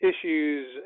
issues